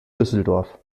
düsseldorf